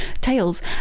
tales